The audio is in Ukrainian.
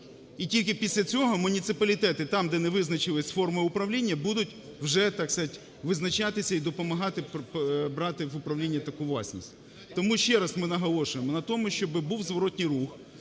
І тільки після цього муніципалітети там, де не визначились з формою управління, будуть вже, так сказати, визначатися і допомагати брати в управління таку власність. Тому ще раз ми наголошуємо на тому, щоб був зворотній рух.